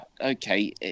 Okay